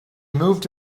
moved